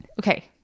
Okay